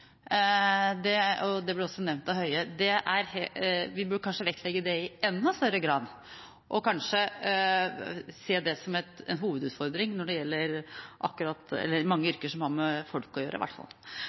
det gjaldt språk, og det ble også nevnt av statsråd Høie. Vi bør kanskje vektlegge det i enda større grad og kanskje se det som en hovedutfordring når det gjelder